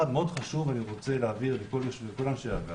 מאוד חשוב אני רוצה להעביר שלכל אנשי הוועדה.